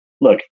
Look